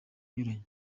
anyuranye